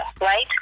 right